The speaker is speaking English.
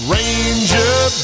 Ranger